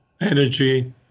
energy